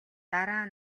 дараа